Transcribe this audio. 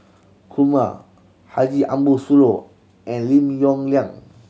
Kumar Haji Ambo Sooloh and Lim Yong Liang